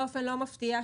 באופן לא מפתיע,